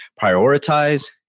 Prioritize